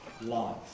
life